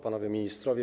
Panowie Ministrowie!